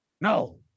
No